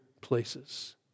places